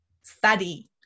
study